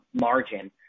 margin